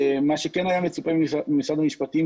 מה שכן היה מצופה ממשרד המשפטים,